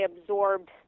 absorbed